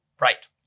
Right